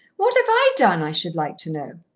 what have i done, i should like to know?